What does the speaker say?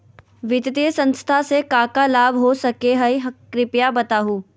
वित्तीय संस्था से का का लाभ हो सके हई कृपया बताहू?